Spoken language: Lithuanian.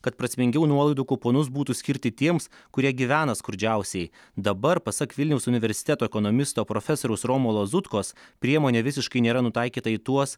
kad prasmingiau nuolaidų kuponus būtų skirti tiems kurie gyvena skurdžiausiai dabar pasak vilniaus universiteto ekonomisto profesoriaus romo lazutkos priemonė visiškai nėra nutaikyta į tuos